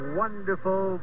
wonderful